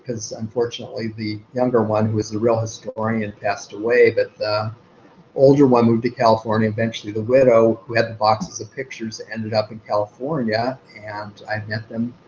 because unfortunately the younger one who was the real historian passed away, but the older one moved to california eventually. the widow, who had boxes of pictures, ended up in california and i met them